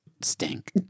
stink